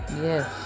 Yes